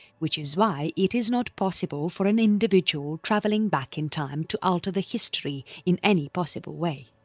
which is why it is not possible for an individual travelling back in time to alter the history in any possible way.